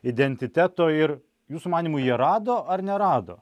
identiteto ir jūsų manymu jie rado ar nerado